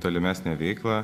tolimesnę veiklą